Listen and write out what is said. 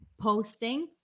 posting